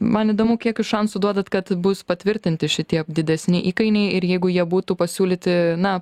man įdomu kiek jūs šansų duodat kad bus patvirtinti šitie didesni įkainiai ir jeigu jie būtų pasiūlyti na